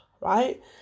right